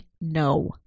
no